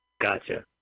Gotcha